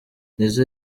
nizzo